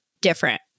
different